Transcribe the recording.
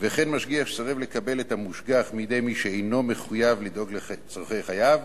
וכן משגיח שסירב לקבל את המושגח מידי מי שאינו מחויב לדאוג לצורכי חייו,